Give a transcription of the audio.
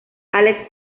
alex